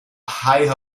high